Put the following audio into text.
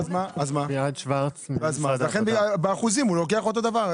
-- לכן באחוזים הוא לוקח אותו דבר.